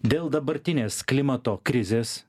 dėl dabartinės klimato krizės